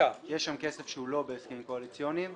כסף שהוא לא בהסכמים קואליציוניים,